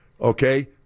Okay